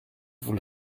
vous